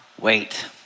wait